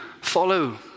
follow